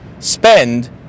Spend